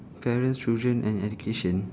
parents children and education